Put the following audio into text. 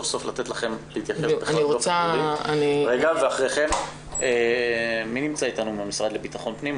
לאחר מכן המשרד לביטחון פנים.